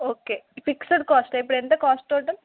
okay fixed cost ఇప్పుడు ఎంత cost total